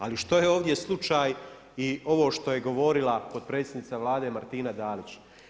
Ali što je ovdje slučaj i ovo što je govorila potpredsjednica Vlade Martina Dalić?